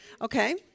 Okay